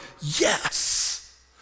yes